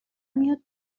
میاد